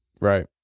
right